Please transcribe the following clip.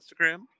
instagram